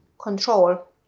control